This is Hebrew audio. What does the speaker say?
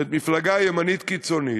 מפלגה ימנית קיצונית,